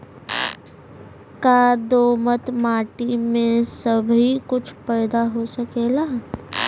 का दोमट माटी में सबही कुछ पैदा हो सकेला?